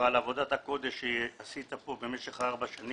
מאוד על עבודת הקודש שעשית פה במשך ארבע השנים